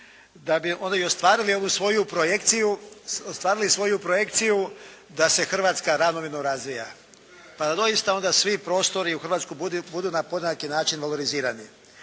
onda i ostvarili ovu svoju projekciju da se Hrvatska ravnomjerno razvija, pa da doista onda svi prostori u Hrvatskoj budu na podjednaki način valorizirani.